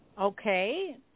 Okay